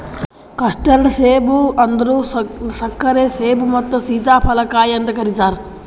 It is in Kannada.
ಕಸ್ಟರ್ಡ್ ಸೇಬ ಅಂದುರ್ ಸಕ್ಕರೆ ಸೇಬು ಮತ್ತ ಸೀತಾಫಲ ಕಾಯಿ ಅಂತ್ ಕರಿತಾರ್